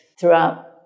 throughout